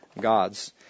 gods